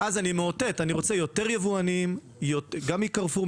ואז אני מאותת שאני רוצה יותר יבואנים, גם מקרפור.